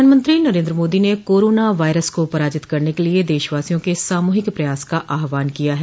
प्रधानमंत्री नरेन्द्र मोदी ने corona virus को पराजित करने के लिए देशवासियों के सामूहिक प्रयास का आहवान किया है